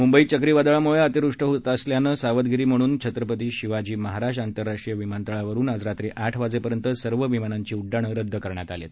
मुंबईत चक्रीवादळामुळे अतिवृष्टी होत असल्यानं सावधगिरी म्हणून छत्रपती शिवाजी महाराज आंतरराष्ट्रीय विमानतळावरून आज रात्री आठ वाजेपर्यंत सर्व विमानांची उड्डाणं रद्द करण्यात आली आहेत